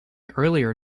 earlier